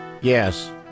Yes